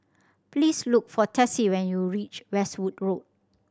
please look for Tessie when you reach Westwood Road